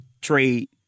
trade